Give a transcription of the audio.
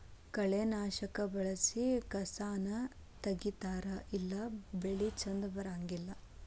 ಕಳೆನಾಶಕಾ ಬಳಸಿ ಕಸಾನ ತಗಿತಾರ ಇಲ್ಲಾ ಬೆಳಿ ಚಂದ ಬರಂಗಿಲ್ಲಾ